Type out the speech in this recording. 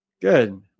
Good